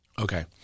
Okay